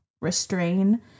restrain